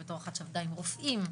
ועם רופאים,